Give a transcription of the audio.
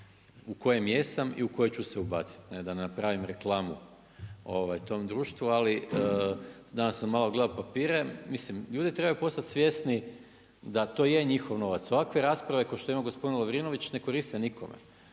u kojem jesam i u koje ću se ubaciti, ne da ne napravim reklamu tom društvu. Ali danas sam malo gledao papire, mislim, ljude trebaju postati svjesni da to je njihov novac. Ovakve rasprave kao što je imao gospodin Lovrinović ne koriste nikome.